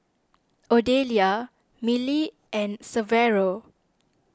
Odelia Milly and Severo